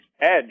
edge